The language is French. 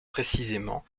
précisément